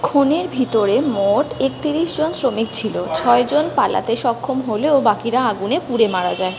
খনির ভিতরে মোট একত্রিশজন শ্রমিক ছিল ছয়জন পালাতে সক্ষম হলেও বাকিরা আগুনে পুড়ে মারা যায়